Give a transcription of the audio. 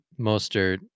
Mostert